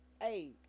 hey